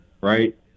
right